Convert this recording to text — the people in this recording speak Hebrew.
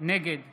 נגד